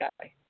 guy